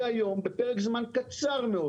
והיום, בפרק זמן קצר מאוד